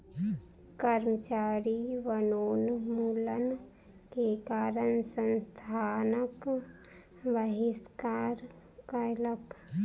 कर्मचारी वनोन्मूलन के कारण संस्थानक बहिष्कार कयलक